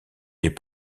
les